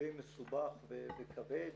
די מסובך וכבד,